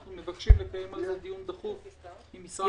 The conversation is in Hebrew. אנחנו מבקשים לקיים על כך דיון דחוף עם משרד החינוך ומשרד האוצר.